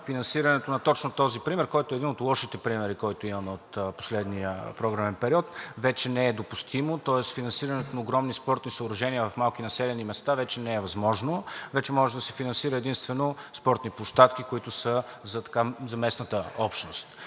финансирането на точно този пример, който е един от лошите примери, който имаме от последния програмен период, вече не е допустимо тоест, финансирането на огромни спортни съоръжения в малки населени места вече не е възможно. Вече може да се финансират единствено спортни площадки, които са за местната общност.